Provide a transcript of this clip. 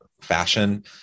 fashion